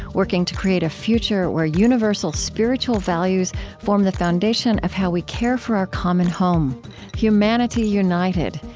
working to create a future where universal spiritual values form the foundation of how we care for our common home humanity united,